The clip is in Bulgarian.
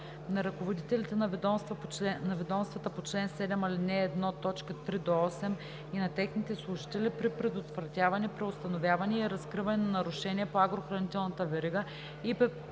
на ръководителите на ведомствата по чл. 7, ал. 1, т. 3 – 8 и на техните служители при предотвратяване, преустановяване и разкриване на нарушения по агрохранителната верига и